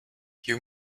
you